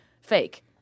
fake